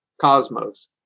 cosmos